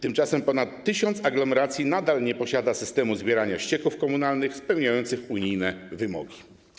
Tymczasem ponad 1 tys. aglomeracji nadal nie posiada systemu zbierania ścieków komunalnych spełniającego unijne wymogi.